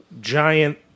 giant